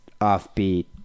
offbeat